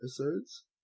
episodes